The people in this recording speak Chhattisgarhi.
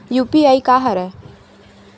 यू.पी.आई का हरय?